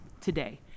today